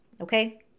Okay